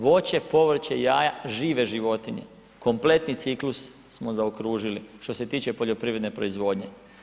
Voće, povrće, jaja žive životinje kompletni ciklus smo zaokružili što se tiče poljoprivredne proizvodnje.